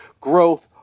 growth